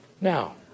now